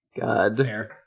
God